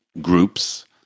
groups